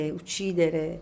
uccidere